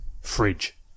fridge